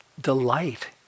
delight